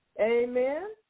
Amen